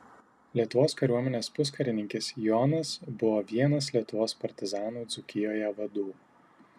lietuvos kariuomenės puskarininkis jonas buvo vienas lietuvos partizanų dzūkijoje vadų